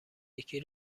یکی